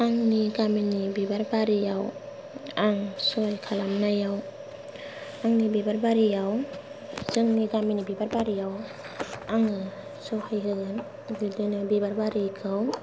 आंनि गामिनि बिबारबारियाव आं सहाय खालामनायाव आंनि बिबार बारियाव जोंनि गामिनि बिबारबारियाव आङो सहाय होगोन बिदिनो बिबार बारिखौ